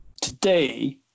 today